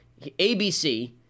ABC